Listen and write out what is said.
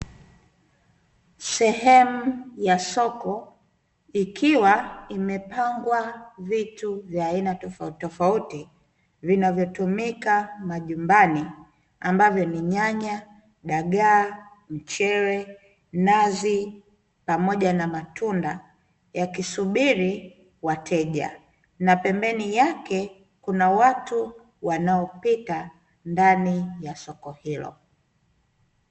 Sehemu ya soko, ikiwa imepangwa vitu vya aina tofautitofauti vinavyotumika majumbani, ambavyo ni: nyanya, dagaa, mchele, nazi pamoja na matunda, yakisubiri wateja na pembeni yake kuna watu wanaopita ndani ya soko hilo.